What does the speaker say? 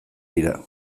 dira